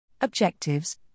Objectives